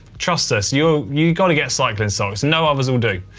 trust us, you you got to get cycling socks. no others will do.